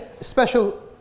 special